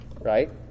right